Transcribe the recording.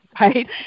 right